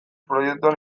proiektuan